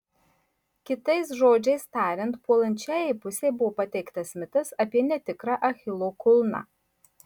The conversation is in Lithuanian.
kitais žodžiais tariant puolančiajai pusei buvo pateiktas mitas apie netikrą achilo kulną